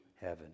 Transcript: heaven